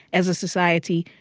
as a society,